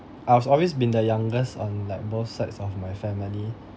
I was always been the youngest on like both sides of my family